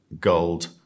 Gold